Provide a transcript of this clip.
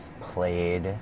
played